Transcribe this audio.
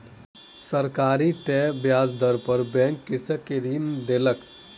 सरकारी तय ब्याज दर पर बैंक कृषक के ऋण देलक